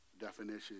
definition